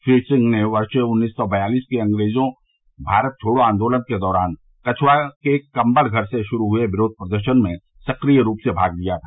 श्री सिंह ने वर्ष उन्नीस सौ बयालीस के अँग्रेजों भारत छोड़ो आदोलन के दौरान कछवा के कम्बल घर से शुरू हुए विरोध प्रदर्शन में सक्रिय रूप से भाग लिया था